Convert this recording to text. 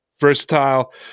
versatile